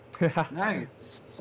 Nice